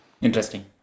Interesting